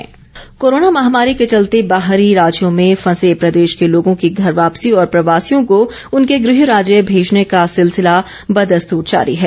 घर वापसी कोरोना महामारी के चलते बाहरी राज्यों में फंसे प्रदेश के लोगों की घर वापसी और प्रवासियों को उनके गह राज्य भेजने का सिलसिला बदस्तर जारी है